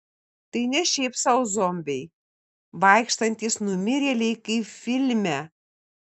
tai ne šiaip sau zombiai vaikštantys numirėliai kaip filme